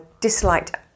disliked